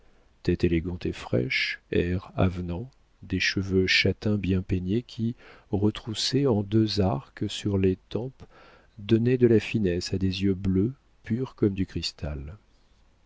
tête élégante et fraîche air avenant des cheveux châtains bien peignés qui retroussés en deux arcs sur les tempes donnaient de la finesse à des yeux bleus purs comme du cristal